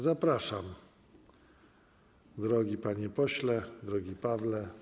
Zapraszam, drogi panie pośle, drogi Pawle.